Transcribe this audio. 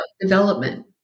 Development